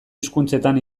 hizkuntzetan